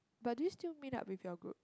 but do you still meet up with your group